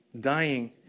dying